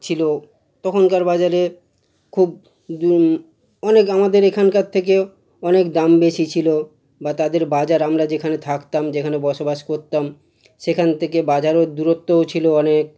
ছিল তখনকার বাজারে খুব অনেক আমাদের এখানকার থেকে অনেক দাম বেশি ছিল বা তাদের বাজার আমরা যেখানে থাকতাম যেখানে বসবাস করতাম সেখান থেকে বাজারের দূরত্বও ছিল অনেক